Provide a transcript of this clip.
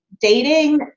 dating